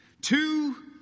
Two